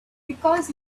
because